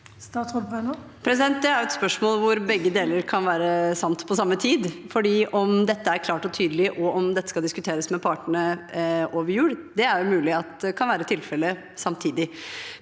Det er et spørs- mål hvor begge deler kan være sant på samme tid, fordi om dette er klart og tydelig, og om dette skal diskuteres med partene over jul, er mulig at kan være tilfelle samtidig.